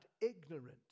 ignorant